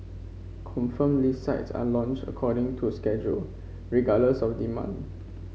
confirmed list sites are launched according to schedule regardless of demand